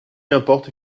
importe